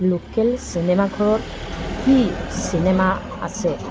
local চিনেমাঘৰত কি চিনেমা আছে